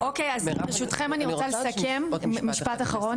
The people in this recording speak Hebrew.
אוקי אז ברשותכם אני רוצה לסכם --- מירב אני רוצה להגיד עוד משפט אחד.